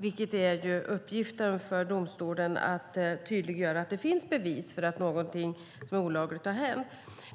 Domstolens uppgift är ju att tydliggöra att det finns bevis för att något olagligt har hänt.